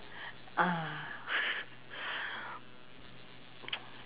but ah